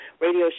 radio